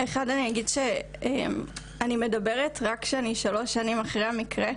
ראשית אני אגיד שאני מדברת רק כשאני שלוש שנים אחרי המקרה,